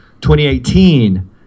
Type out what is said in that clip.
2018